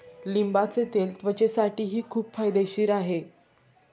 लिंबाचे तेल त्वचेसाठीही खूप फायदेशीर आहे